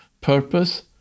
purpose